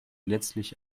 letztlich